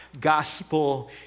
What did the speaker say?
Gospel